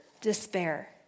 despair